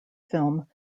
film